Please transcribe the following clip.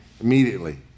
immediately